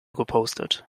gepostet